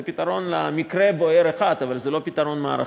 זה פתרון למקרה בוער אחד, אבל זה לא פתרון מערכתי.